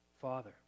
father